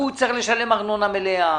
הוא צריך לשלם ארנונה מלאה.